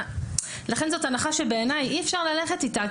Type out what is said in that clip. לכן זו הנחה שבעיניי אי אפשר ללכת איתה.